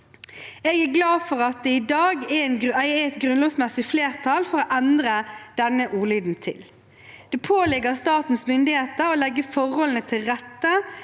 Jeg er glad for at det i dag er et grunnlovsmessig flertall for å endre denne ordlyden til: «Det påligger statens myndigheter å legge forholdene til rette